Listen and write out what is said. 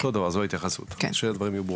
אותו דבר זו ההתייחסות, שדברים יהיו ברורים.